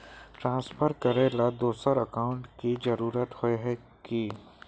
Transfer करेला दोसर account की जरुरत होय है की?